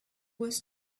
was